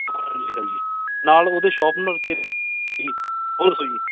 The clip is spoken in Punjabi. ਹਾਂਜੀ ਹਾਂਜੀ ਨਾਲ ਉਹਦੇ ਸ਼ੋਪਨਰ ਅਤੇ ਜੀ ਹੋਰ ਦੱਸੋ ਜੀ